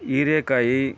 ಹೀರೆಕಾಯಿ